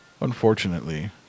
Unfortunately